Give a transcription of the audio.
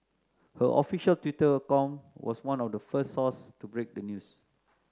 her official Twitter account was one of the first sources to break the news